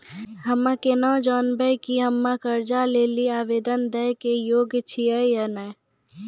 हम्मे केना के जानबै कि हम्मे कर्जा लै लेली आवेदन दै के योग्य छियै कि नै?